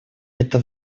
это